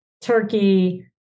turkey